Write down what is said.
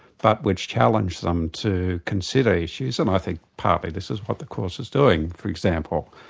but which challenge them to consider issues, and i think partly this is what the course is doing, for example,